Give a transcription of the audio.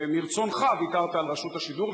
ומרצונך ויתרת על רשות השידור,